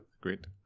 great